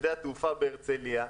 משדה התעופה בהרצליה,